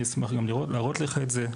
אני אשמח גם להראות לך את זה.